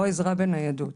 או עזרה בניידות.